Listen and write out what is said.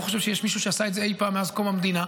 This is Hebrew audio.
אני לא חושב שיש מישהו שעשה את זה אי-פעם מאז קום המדינה.